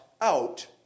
out